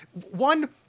one